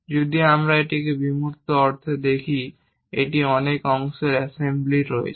যদি আমরা এটিকে বিমূর্ত অর্থে দেখি এটি অনেক অংশের অ্যাসেম্বলি রয়েছে